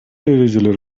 эрежелер